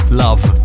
love